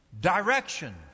direction